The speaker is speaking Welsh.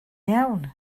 iawn